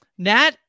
Nat